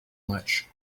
much